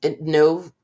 No